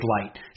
Light